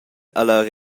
alla